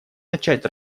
начать